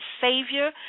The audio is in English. Savior